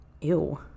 Ew